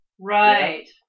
Right